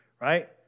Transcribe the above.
right